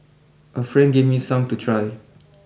a friend gave me some to try